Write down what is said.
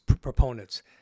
proponents